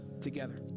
together